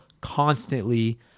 constantly